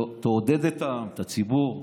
תעודד את העם, את הציבור,